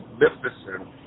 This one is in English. magnificent